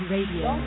Radio